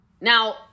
Now